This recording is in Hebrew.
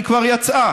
היא כבר יצאה,